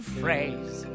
phrase